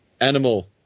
animal